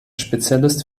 spezialist